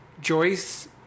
Joyce